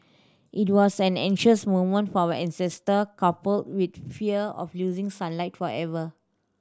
it was an anxious moment for our ancestor coupled with the fear of losing sunlight forever